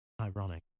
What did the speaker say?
Ironic